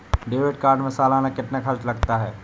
Debit card में सालाना कितना खर्च लगता है?